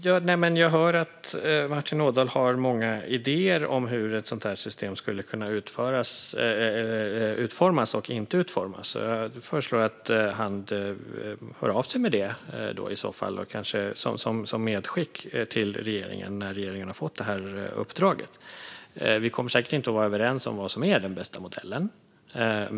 Herr talman! Jag hör att Martin Ådahl har många idéer om hur ett sådant system skulle kunna utformas eller inte. Jag föreslår att han hör av sig med dem, kanske som ett medskick till regeringen när regeringen har fått uppdraget. Vi kommer säkert inte att vara överens om vad som är den bästa modellen.